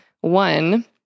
One